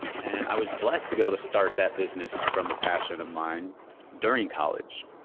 and i was blessed to be able to start that business from a passion of mine during college.